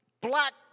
black